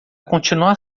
continuar